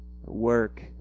work